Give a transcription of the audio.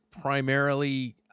primarily